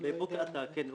בבוקעתא, כן.